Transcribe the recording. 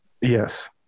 Yes